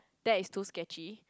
that is too sketchy